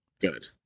Good